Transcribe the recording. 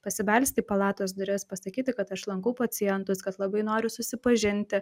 pasibelsti į palatos duris pasakyti kad aš lankau pacientus kad labai noriu susipažinti